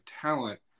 talent